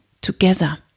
together